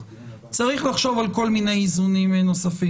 צריך לחשוב על כל מיני איזונים נוספים.